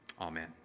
Amen